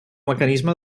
mecanisme